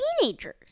teenagers